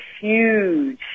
huge